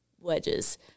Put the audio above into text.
wedges